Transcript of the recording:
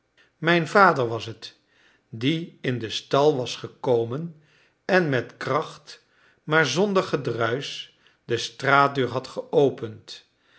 mijn vader was het die in den stal was gekomen en met kracht maar zonder gedruis de straatdeur had geopend